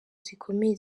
zikomeye